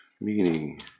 meaning